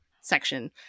section